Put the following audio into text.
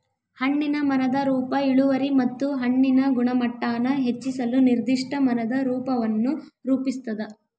ಹಣ್ಣಿನ ಮರದ ರೂಪ ಇಳುವರಿ ಮತ್ತು ಹಣ್ಣಿನ ಗುಣಮಟ್ಟಾನ ಹೆಚ್ಚಿಸಲು ನಿರ್ದಿಷ್ಟ ಮರದ ರೂಪವನ್ನು ರೂಪಿಸ್ತದ